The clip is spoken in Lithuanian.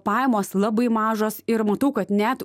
pajamos labai mažos ir matau kad net